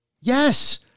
Yes